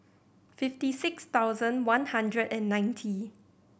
fifty six thousand one hundred and ninety